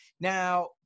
Now